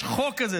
יש חוק כזה.